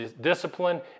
discipline